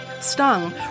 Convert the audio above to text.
Stung